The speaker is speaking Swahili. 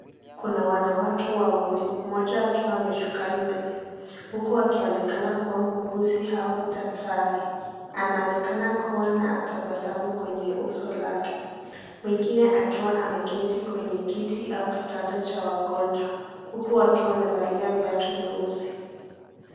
Kuna wanawake wawili mmoja akiwa ameshuka nywele huku akionekana kuwa muuguzi au daktari. Anaonekana kuwa na tabasamu kwenye uso lake. Mwingine akiwa ameketi kwenye kiti au kitanda cha wagonjwa huku akiwa amevaa viatu nyeusi.